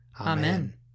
Amen